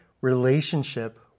relationship